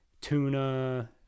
tuna